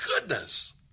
goodness